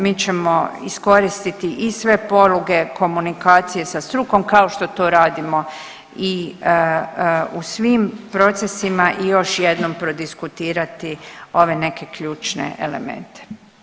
Mi ćemo iskoristiti i sve poluge komunikacije sa strukom kao što to radimo u svim procesima i još jednom prodiskutirati ove neke ključne elemente.